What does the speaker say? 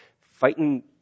Fighting